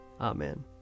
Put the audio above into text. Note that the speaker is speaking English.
Amen